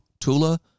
Tula